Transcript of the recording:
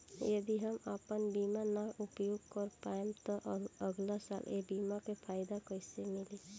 यदि हम आपन बीमा ना उपयोग कर पाएम त अगलासाल ए बीमा के फाइदा कइसे मिली?